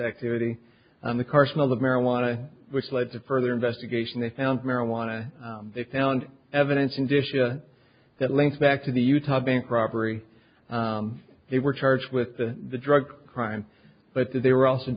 activity in the car smell of marijuana which led to further investigation they found marijuana they found evidence in disha that links back to the utah bank robbery they were charged with the drug crime but they were also